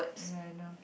ya I know